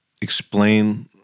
explain